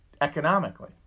economically